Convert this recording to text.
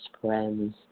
friends